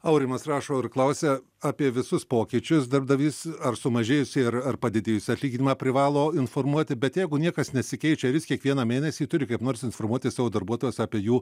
aurimas rašo ir klausia apie visus pokyčius darbdavys ar sumažėjusį ir ar padidėjusį atlyginimą privalo informuoti bet jeigu niekas nesikeičia ar jis kiekvieną mėnesį turi kaip nors informuoti savo darbuotojus apie jų